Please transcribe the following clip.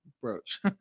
brooch